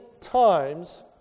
times